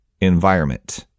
environment